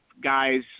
guys